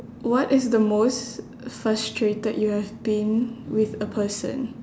what is the most frustrated you have been with a person